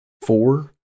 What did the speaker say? four